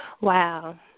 Wow